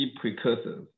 precursors